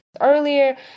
earlier